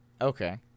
okay